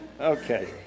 Okay